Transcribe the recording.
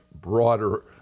broader